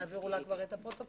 אפשר להעביר את הפרוטוקול.